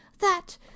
That